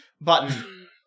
button